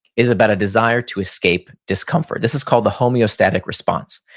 is about a desire to escape discomfort. this is called the homeostatic response.